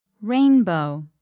Rainbow